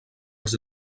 els